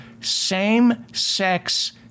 same-sex